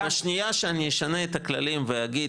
בשנייה שאני אשנה את הכללים ואגיד,